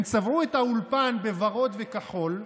הם צבעו את האולפן בוורוד וכחול,